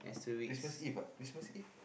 Christmas Eve ah Christmas Eve